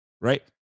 right